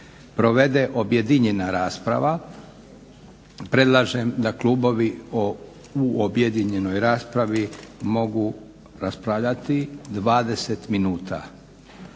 Provede objedinjena rasprava. Predlažem da klubovi u objedinjenoj raspravi mogu raspravljati 20 minuta,